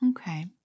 Okay